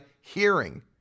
hearing